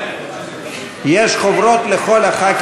יש חוברות לכל חברי